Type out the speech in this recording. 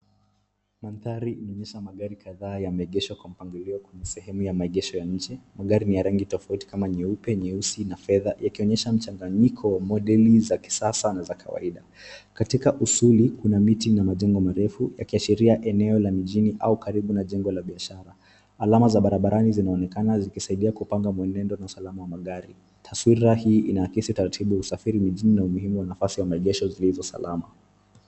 Mandhari inaonyesha magari kadhaa yameegeshwa kwa mpangilio kwa sehemu ya maegesho ya nje. Magari ya rangi tofauti kama nyeupe, nyeusi na fedha yakionyesha mchanganyiko wa modeli za kisasa na za kawaida. Katika usuli kuna miti na majengo marefu yakiashiria eneo la mjini au karibu na jengo la biashara. Alama za barabarani zinaonekana zikisaidia kupanga mwenendo na usalama wa magari. Taswira hii inaakisi taratibu ya usafiri mjini na umuhimu wa maegesho zilizo salama.